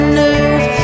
nerve